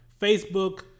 Facebook